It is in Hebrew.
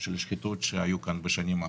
של השחיתות שהיו כאן בשנים האחרונות.